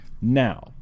Now